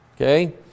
Okay